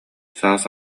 саас